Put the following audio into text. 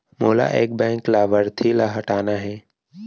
मोला एक बैंक लाभार्थी ल हटाना हे?